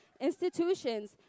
Institutions